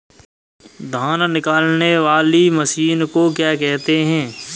धान निकालने वाली मशीन को क्या कहते हैं?